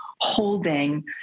holding